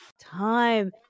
time